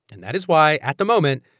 and that is why, at the moment,